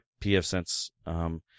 PFSense –